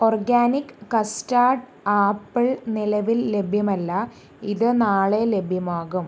organic custard apple നിലവിൽ ലഭ്യമല്ല ഇത് നാളെ ലഭ്യമാകും